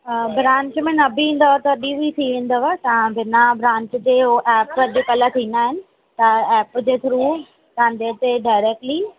हा ब्रांच में न बि ईंदव तॾहिं बि थी वेंदव तव्हां बिना ब्रांच जे हो एप जेके अॼुकल्ह थींदा आहिनि त एप जे थ्रू उनते डारेक्टली